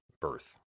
birth